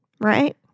Right